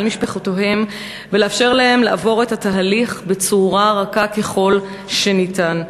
משפחותיהם ולאפשר להם לעבור את התהליך בצורה רכה ככל שניתן.